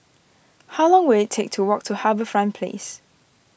how long will it take to walk to HarbourFront Place